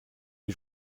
les